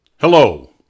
Hello